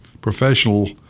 professional